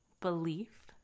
belief